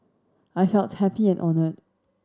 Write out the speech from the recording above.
I felt happy and honoured